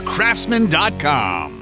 Craftsman.com